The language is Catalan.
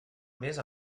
més